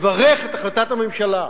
לברך על החלטת הממשלה,